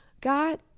God